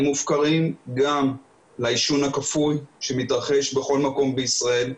הם מופקרים גם לעישון הכפוי שמתרחש בכל מקום בישראל,